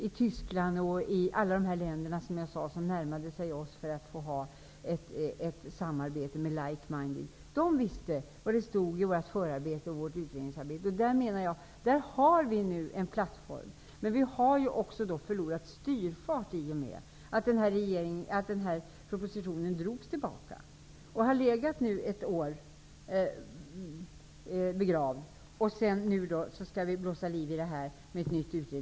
I Tyskland och i alla de länder som närmade sig oss för ett samarbete med ''likeminded'' kände man till vad som stod i vårt för och och utredningsarbete. Vi har här en plattform, men i och med att denna proposition drogs tillbaka och har legat begravd ett år har vi förlorat styrfart. Nu skall nytt liv blåsas i arbetet, med ny utredning, osv.